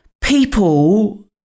people